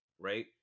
right